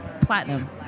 platinum